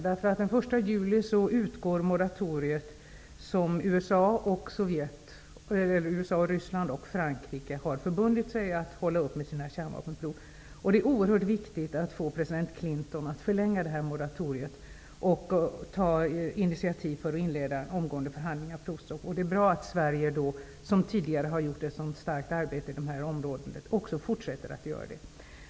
Den 1 juli utgår moratoriet under vilket USA, Ryssland och Frankrike har förbundit sig att hålla upp med sina kärnvapenprov. Det är oerhört viktigt att få president Clinton att förlänga detta moratorium och ta initiativ till att inleda omgående förhandlingar om provstopp. Det är bra att Sverige, som tidigare har gjort ett så starkt arbete på det här området, också fortsätter att göra det.